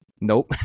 Nope